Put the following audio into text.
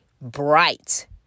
bright